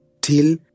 till